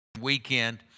weekend